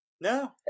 No